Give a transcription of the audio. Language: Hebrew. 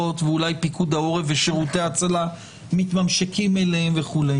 ואולי פיקוד העורף ושירותי ההצלה מתממשקים אליהם וכו'.